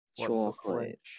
Chocolate